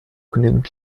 genügend